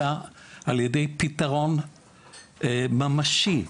אלא על-ידי פתרון ממשי,